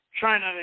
China